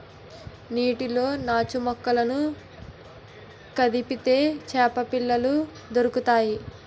నీళ్లలో నాచుమొక్కలను కదిపితే చేపపిల్లలు దొరుకుతాయి